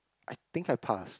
I think I pass